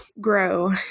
grow